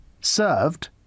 served